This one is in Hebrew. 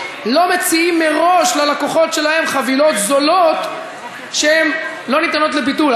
לא מציעים מראש ללקוחות שלהם חבילות זולות שלא ניתנות לביטול.